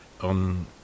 on